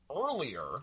earlier